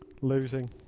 Losing